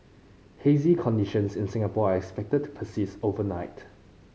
hazy conditions in Singapore are expected to persist overnight